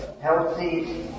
healthy